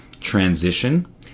transition